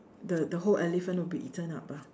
the the whole elephant would be eaten up ah